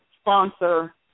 Sponsor